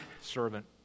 servant